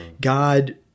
god